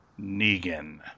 Negan